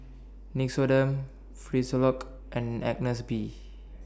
Nixoderm Frisolac and Agnes B